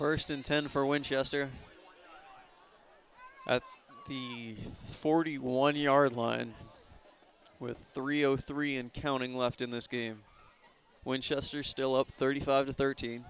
first in ten for winchester at forty one yard line with three o three and counting left in this game winchester still up thirty five to thirt